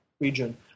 region